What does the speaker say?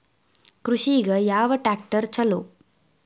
ಕೃಷಿಗ ಯಾವ ಟ್ರ್ಯಾಕ್ಟರ್ ಛಲೋ?